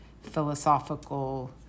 philosophical